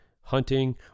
hunting